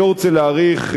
אני לא רוצה להאריך,